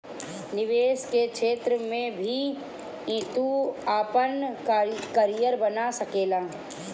निवेश के क्षेत्र में भी तू आपन करियर बना सकेला